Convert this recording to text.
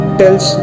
tells